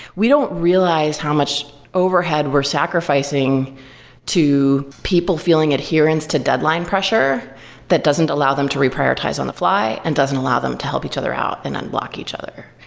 we don't realize how much overhead we're sacrificing to people feeling adherence to deadline pressure that doesn't allow them to reprioritize on the fly and doesn't allow them to help each other out and unblock each other.